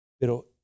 Pero